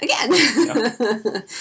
again